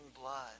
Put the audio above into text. blood